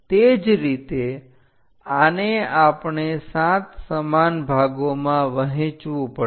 તે જ રીતે આને આપણે 7 સમાન ભાગોમાં વહેચવું પડશે